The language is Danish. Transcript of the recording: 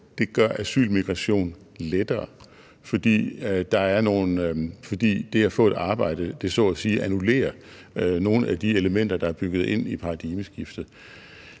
gør asylmigration lettere, fordi det at få et arbejde så at sige annullerer nogle af de elementer, der er bygget ind i paradigmeskiftet.